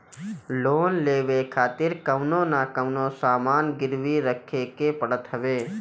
loan लेवे खातिर कवनो न कवनो सामान गिरवी रखे के पड़त हवे